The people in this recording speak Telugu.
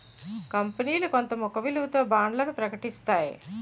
కంపనీలు కొంత ముఖ విలువతో బాండ్లను ప్రకటిస్తాయి